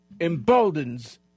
emboldens